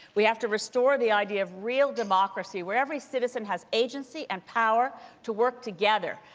we have to restore the idea of real democracy where every citizen has agency and power to work together.